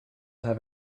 have